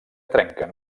trenquen